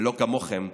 ולא כמוכם,